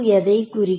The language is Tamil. எதை குறிக்கும்